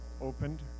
opened